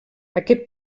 aquest